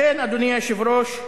גברתי היושבת-ראש,